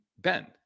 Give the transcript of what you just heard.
Ben